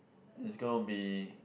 is gonna be